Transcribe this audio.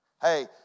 Hey